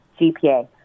GPA